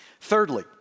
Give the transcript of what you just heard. Thirdly